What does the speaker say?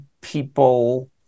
people